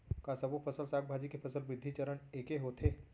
का सबो फसल, साग भाजी के फसल वृद्धि चरण ऐके होथे?